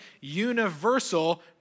universal